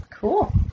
Cool